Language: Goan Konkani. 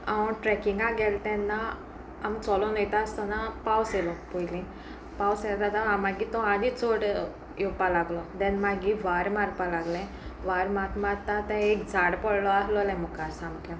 हांव ट्रेकिंगाक गेलें तेन्ना आमी चोलोन वेता आसतना पावस येयलो पयलीं पावस येयला तेदोना हांव मागीर तो आनीक चड येवपा लागलो देन मागीर वारें मारपा लागलें वारें मात मारतां तें एक झाड पडलो आसलोलें मुखार सामकें